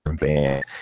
band